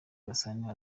gasani